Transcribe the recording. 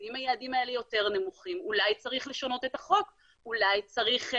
אם היעדים האלה יותר נמוכים אולי צריך לשנות את החוק?